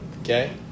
Okay